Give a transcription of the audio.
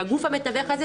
שהגוף המתווך הזה,